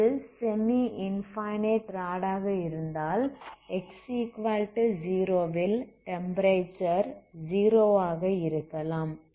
இது semi infinite rod ஆக இருந்தால் x0 வில் டெம்ப்பரேச்சர் 0 ஆக இருக்கலாம்